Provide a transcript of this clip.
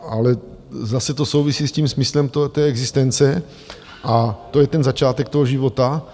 Ale zase to souvisí s tím smyslem té existence, a to je ten začátek toho života.